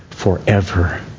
Forever